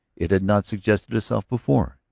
it had not suggested itself before.